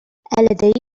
ألديك